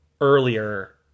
earlier